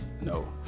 No